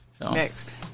next